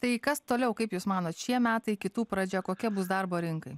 tai kas toliau kaip jūs manot šie metai kitų pradžia kokie bus darbo rinkai